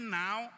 now